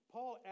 Paul